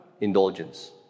indulgence